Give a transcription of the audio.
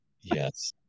Yes